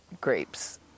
grapes